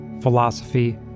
philosophy